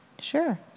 Sure